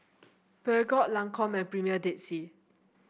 Peugeot Lancome Premier Dead Sea